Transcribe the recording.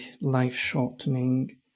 life-shortening